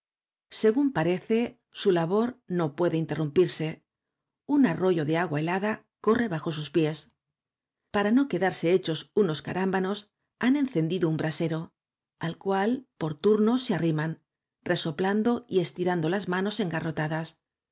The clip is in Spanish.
según parece su labor no puede interrumpirse un arroyo de agua helada corre bajo sus pies para no quedarse hechos unos carámbanos han encendido un brasero al cual por turno se arriman resoplando y e s tirando las manos